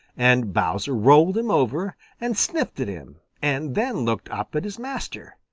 and bowser rolled him over and sniffed at him and then looked up at his master,